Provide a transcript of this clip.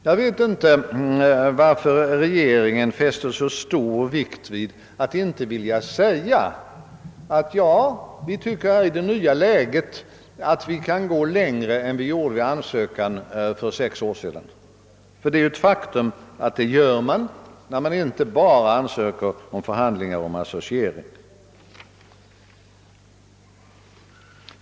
Jag vet inte varför regeringen fäster så stor vikt vid att inte vilja säga: Vi tycker att vi i det nya läget kan gå längre än vi gjorde i vår ansökan för sex år sedan. Det är ett faktum att rege ringen gör det när den inte bara ansöker om förhandlingar om associering.